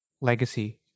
legacy